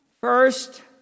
First